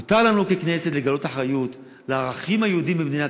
מותר לנו ככנסת לגלות אחריות לערכים היהודיים במדינת